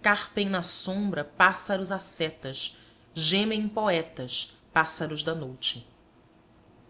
carpem na sombra pássaros ascetas gemem poetas pássaros da noute